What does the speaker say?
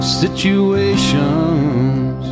situations